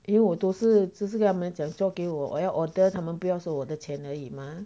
因为我都是指这个讲交给我我我要 order 他们不要收我的钱而已嘛